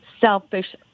selfish